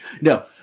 No